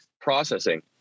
processing